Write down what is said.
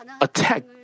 attack